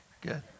good